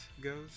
goes